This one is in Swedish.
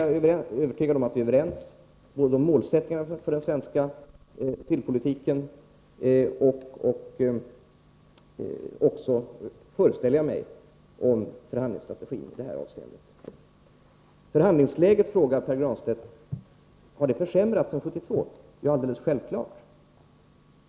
Jag är övertygad om att alla är överens om målsättningarna för den svenska sillpolitiken och — det föreställer jag mig — också om förhandlingsstrategin i detta avseende. Pär Granstedt frågade om förhandlingsläget har försämrats sedan 1972. Ja, alldeles självfallet.